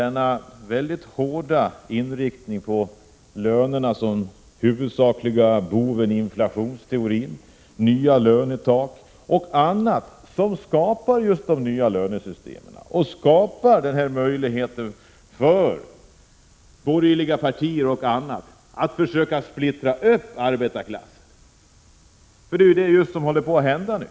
Den väldigt hårda inriktningen på lönerna som den huvudsakliga boven i inflationsteorin, talet om lönetak osv. skapar nya lönesystem och skapar den här möjligheten för borgerliga partier och arbetsgivare att splittra upp arbetarklassen. Det är ju just det som håller på att hända nu.